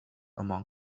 among